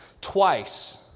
Twice